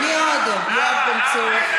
(קוראת בשם חבר הכנסת) יואב בן צור,